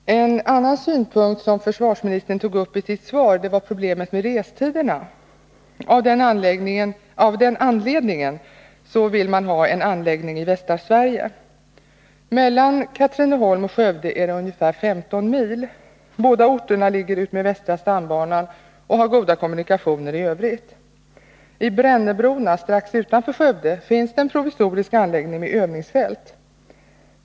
Herr talman! En annan synpunkt som försvarsministern tog upp i sitt svar var problemet med restiderna. Av den anledningen vill man ha en anläggning i västra Sverige. Mellan Katrineholm och Skövde är det ungefär 15 mil. Båda orterna ligger utmed västra stambanan och har goda kommunikationer. I Brännebrona, strax utanför Skövde, finns en provisorisk anläggning med övningsfält.